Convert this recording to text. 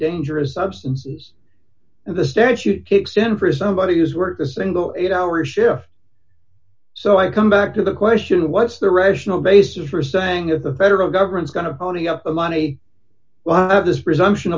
dangerous substances and the statute kicks in for somebody who's worked a single eight hour shift so i come back to the question what's the rational basis for saying that the federal government's going to pony up the money well this presumption